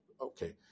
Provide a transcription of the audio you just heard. okay